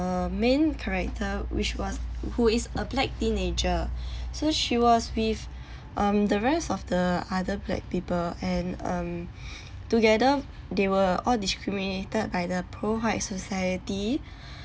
a main character which was who is a black teenager so she was with um the rest of the other black people and um together they were all discriminated by the pro high society